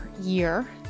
year